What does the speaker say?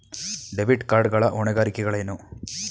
Debit card ಗಳ ಹೊಣೆಗಾರಿಕೆಗಳೇನು?